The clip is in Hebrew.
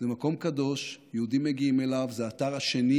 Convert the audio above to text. זה מקום קדוש, יהודים מגיעים אליו, זה האתר השני